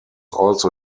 also